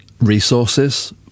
resources